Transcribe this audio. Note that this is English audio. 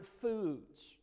foods